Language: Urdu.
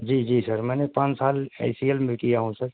جی جی سر میں نے پانچ سال اے سی ایل میں کیا ہوں سر